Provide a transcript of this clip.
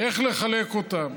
איך לחלק אותם.